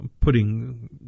putting